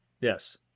Yes